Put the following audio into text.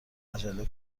عجله